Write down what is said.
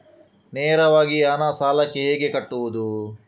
ನೇರವಾಗಿ ಹಣ ಸಾಲಕ್ಕೆ ಹೇಗೆ ಕಟ್ಟುವುದು?